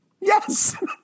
Yes